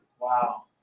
wow